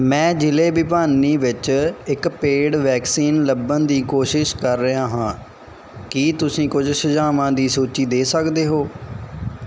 ਮੈਂ ਜ਼ਿਲ੍ਹੇ ਭਿਵਾਨੀ ਵਿੱਚ ਇੱਕ ਪੇਡ ਵੈਕਸੀਨ ਲੱਭਣ ਦੀ ਕੋਸ਼ਿਸ਼ ਕਰ ਰਿਹਾ ਹਾਂ ਕੀ ਤੁਸੀਂ ਕੁਝ ਸੁਝਾਵਾਂ ਦੀ ਸੂਚੀ ਦੇ ਸਕਦੇ ਹੋ